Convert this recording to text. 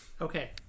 okay